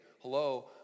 Hello